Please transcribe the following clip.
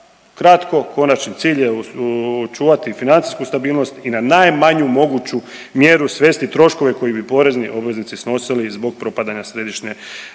kratko, konačni cilj je očuvati financijsku stabilnost i na najmanju moguću mjeru svesti troškove koje bi porezni obveznici snosili zbog propadanja središnje